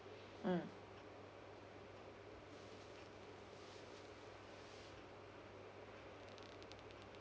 mm